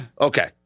Okay